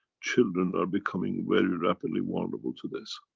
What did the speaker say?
children are becoming very rapidly vulnerable to this.